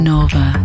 Nova